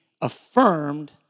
affirmed